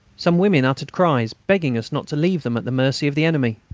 some women uttered cries, begging us not to leave them at the mercy of the enemy.